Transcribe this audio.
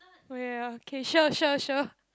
oh ya okay sure sure sure